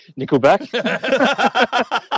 Nickelback